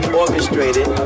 orchestrated